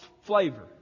flavor